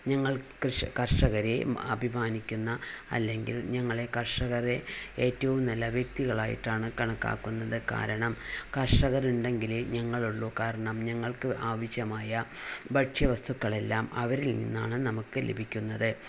ഞങ്ങള് ക്രിഷ് കര്ഷകരെ അഭിമാനിക്കുന്ന അല്ലെങ്കില് ഞങ്ങളെ കര്ഷകരെ ഏറ്റവും നല്ല വ്യക്തികളായിട്ടാണ് കണക്കാക്കുന്നത് കാരണം കര്ഷകര് ഉണ്ടെങ്കിലെ ഞങ്ങളുള്ളൂ കാരണം ഞങ്ങള്ക്ക് ആവശ്യമായ ഭക്ഷ്യവസ്തുക്കളെല്ലാം അവരില് നിന്നാണ് നമുക്ക് ലഭിക്കുന്നത്